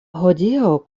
hodiaŭ